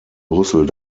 brüssel